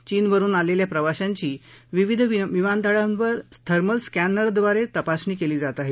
चीन वरुन आलेल्या प्रवाशांची विविध विमानतळावर थर्मल स्क्रिद्वारे तपासणी केली जात आहे